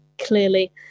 clearly